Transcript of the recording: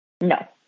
No